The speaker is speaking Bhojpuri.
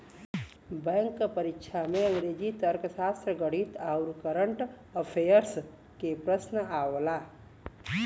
बैंक क परीक्षा में अंग्रेजी, तर्कशास्त्र, गणित आउर कंरट अफेयर्स के प्रश्न आवला